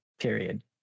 period